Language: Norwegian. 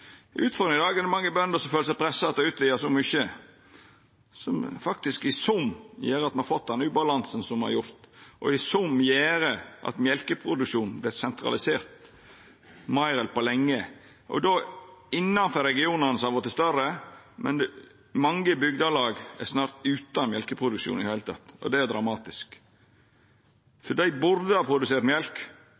i dag er at mange bønder føler seg pressa til å utvida så mykje at det faktisk, i sum, gjer at me har fått den ubalansen som me har fått, og i sum gjer at mjølkeproduksjonen har vorte sentralisert, meir enn på lenge – og då innanfor regionane som har vorte større. Men mange bygdelag er snart utan mjølkeproduksjon i det heile, og det er dramatisk, for dei burde ha produsert mjølk,